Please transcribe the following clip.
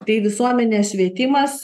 tai visuomenės švietimas